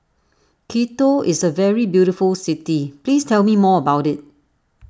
Quito is a very beautiful city please tell me more about it